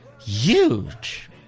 huge